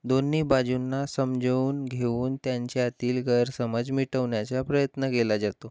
दोन्ही बाजूंना समजवून घेऊन त्यांच्यातील गैरसमज मिटवण्याचा प्रयत्न केला जातो